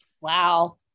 Wow